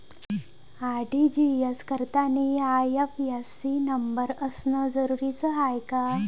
RTGS करतांनी IFSC न number असनं जरुरीच हाय का?